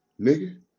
nigga